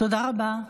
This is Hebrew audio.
תודה רבה.